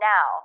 Now